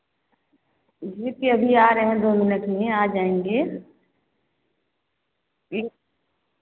जी फ़िर अभी आ रहे हैं दो मिनट में आ जाएँगे ठीक